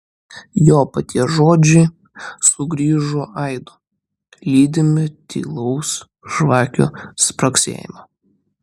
jo paties žodžiai sugrįžo aidu lydimi tylaus žvakių spragsėjimo